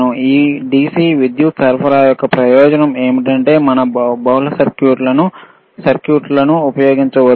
ఈ DC విద్యుత్ సరఫరా యొక్క ప్రయోజనం ఏమిటంటే మనం బహుళ సర్క్యూట్లను ఉపయోగించవచ్చు